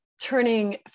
turning